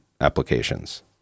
applications